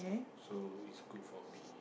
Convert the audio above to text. so it's good for me